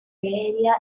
area